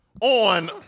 on